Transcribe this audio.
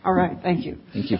all right thank you thank you